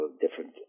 different